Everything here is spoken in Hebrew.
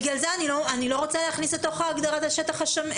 לכן אני לא רוצה להכניס לתוך ההגדרה את השטח השמיש.